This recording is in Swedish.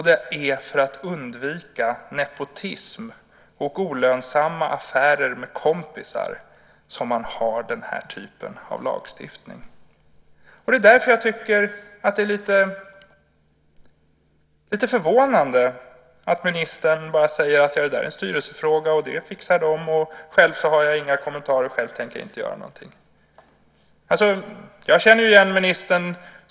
Det är för att undvika nepotism och olönsamma affärer med kompisar som man har den här typen av lagstiftning. Därför tycker jag att det är lite förvånande att ministern bara säger: Det där är en styrelsefråga, det fixar de, själv har jag inga kommentarer och tänker inte göra någonting.